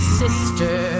sister